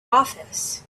office